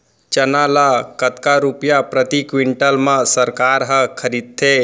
चना ल कतका रुपिया प्रति क्विंटल म सरकार ह खरीदथे?